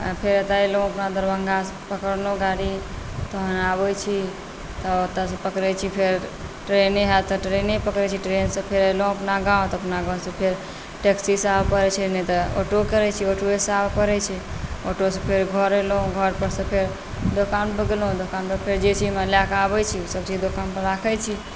आ फेर एतऽ एलहुँ अपन दरभङ्गासँ पकड़लहुँ गाड़ी तहन आबै छी तऽ ओतऽसँ पकड़ै छी फेर ट्रेने हैत तऽ ट्रेने पकड़ै छी ट्रेनसँ फेर अएलहुँ अपना गाम तऽ अपना गामसे फेर टैक्सीसँ आबऽ पड़ै छै नहि तऽ ऑटो करै छी ऑटोओसँ आबऽ पड़ै छै ऑटोसँ फेर घर अएलहुँ घरपरसँ फेर दोकानपर गेलहुँ दोकानपर फेर जे चीज हम लऽ कऽ आबै छी ओसब चीज दोकानपर राखै छी